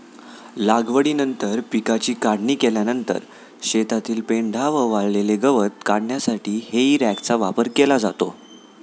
लागवडीनंतर पिकाची काढणी केल्यानंतर शेतातील पेंढा व वाळलेले गवत काढण्यासाठी हेई रॅकचा वापर केला जातो